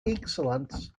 excellence